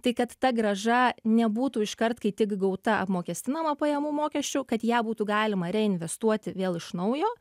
tai kad ta grąža nebūtų iškart kai tik gauta apmokestinama pajamų mokesčiu kad ją būtų galima reinvestuoti vėl iš naujo